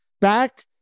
back